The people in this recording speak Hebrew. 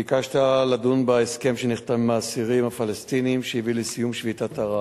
ביקשת לדון בהסכם שנחתם עם האסירים הפלסטינים שהביא לסיום שביתת הרעב.